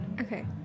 okay